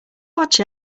watch